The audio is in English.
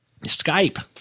Skype